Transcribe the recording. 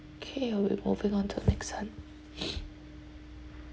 okay uh we moving on to the next one